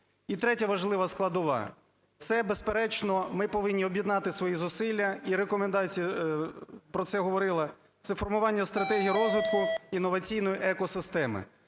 І третя важлива складова – це, безперечно, ми повинні об'єднати свої зусилля і рекомендації, про це говорила, це формування стратегії розвитку інноваційної екосистеми.